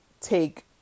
take